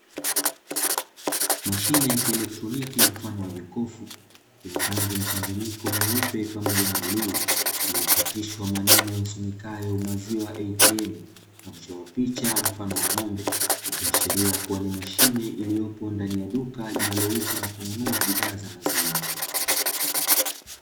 Mashine ya kielektroniki mfano wa jokofu, yenye rangi mchanganyiko nyeupe pamoja na bluu, iliyochapishwa maneno yasomekayo “ maziwa ATM” na kuchorwa picha mfano wa ng’ombe. Ikiashiria kuwa ni mashine iliyopo ndani ya duka, inayouza na kununua bidhaa za maziwa.